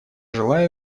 желаю